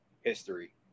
history